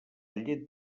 llet